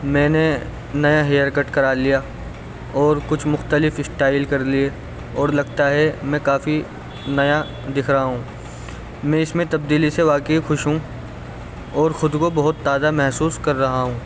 میں نے نیا ہیئر کٹ کرا لیا اور کچھ مختلف اسٹائل کر لی اور لگتا ہے میں کافی نیا دکھ رہا ہوں میں اس میں بتدیلی سے واقعی خوش ہوں اور خود کو بہت تازہ محسوس کر رہا ہوں